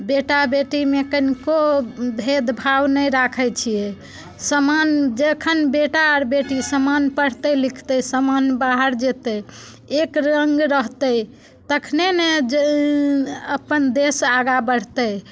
बेटा बेटीमे कनिको भेदभाव नहि राखैत छियै समान जखन बेटा आओर बेटी समान पढ़तै लिखतै समान बाहर जेतै एक रङ्ग रहतै तखने ने अपन देश आगाँ बढ़तै